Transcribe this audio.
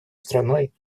страной